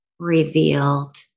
Revealed